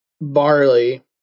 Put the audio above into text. barley